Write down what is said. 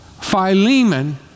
Philemon